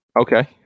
Okay